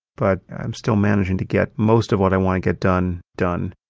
but i'm still managing to get most of what i want to get done, done.